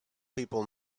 people